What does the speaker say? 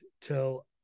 till